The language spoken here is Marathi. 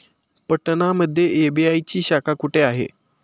पटना मध्ये एस.बी.आय ची शाखा कुठे आहे?